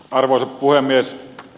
arvoisa puhemies